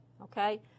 Okay